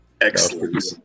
excellent